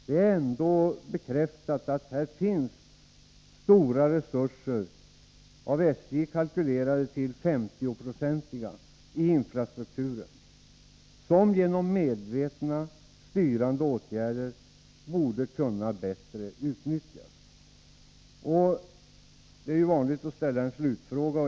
Det är ändå bekräftat att det här finns stora resurser i infrastrukturen — enligt SJ:s kalkyler 50-procentiga — som genom medvetna, styrande åtgärder borde kunna utnyttjas bättre. Det är vanligt att ställa en slutfråga.